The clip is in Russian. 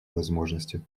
возможности